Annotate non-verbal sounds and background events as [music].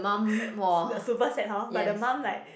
[breath] like super sad hor but the mum like